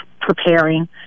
preparing